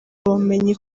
ubumenyi